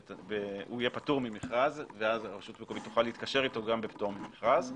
הוא יהיה פטור ממכרז ואז הרשות המקומית תוכל להתקשר אתו גם בפטור ממכרז.